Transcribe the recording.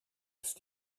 ist